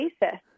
basis